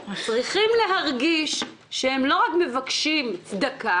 צריכים להרגיש שהם לא רק מבקשים צדקה